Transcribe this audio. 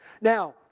Now